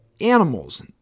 animals